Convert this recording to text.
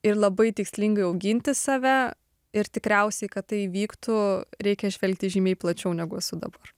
ir labai tikslingai auginti save ir tikriausiai kad tai įvyktų reikia žvelgti žymiai plačiau negu esu dabar